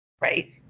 right